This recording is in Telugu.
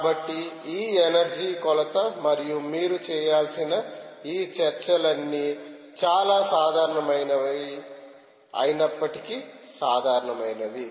కాబట్టి ఈ ఎనర్జీ కొలత మరియు మీరు చేయాల్సిన ఈ చర్చలన్నీ చాలా సాధారణమైనవి అయినప్పటికీ సాధారణమైనవి